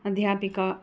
अध्यापिका